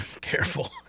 Careful